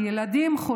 ילדים ללא קורת גג,